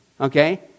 Okay